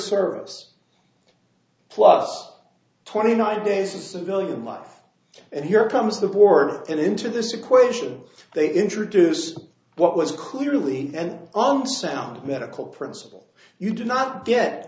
service plus twenty nine days in civilian life and here comes the board and into this equation they introduce what was clearly and unsound medical principle you do not get